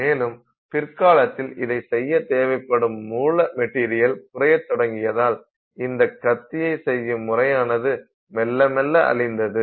மேலும் பிற்காலத்தில் இதை செய்ய தேவைப்படும் மூல மெட்டீரியல் குறையத் தொடங்கியதால் இந்தக் கத்தியை செய்யும் முறையானது மெல்ல மெல்ல அழிந்தது